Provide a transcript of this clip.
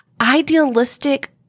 idealistic